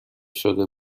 شده